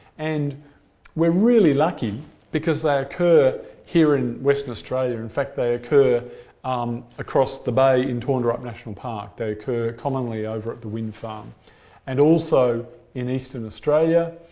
and we're really lucky because they occur here in western australia. in fact, they occur um across the bay in torndirrup national park. they occur commonly over at the wind farm and also in eastern australia.